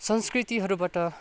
संस्कृतिहरूबाट